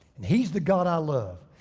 and he's the god i love.